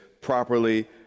properly